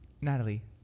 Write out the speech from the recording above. Natalie